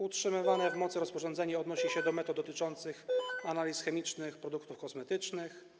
Utrzymywane w mocy rozporządzenie odnosi się do metod dotyczących analiz chemicznych produktów kosmetycznych.